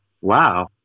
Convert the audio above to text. wow